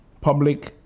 public